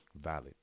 valid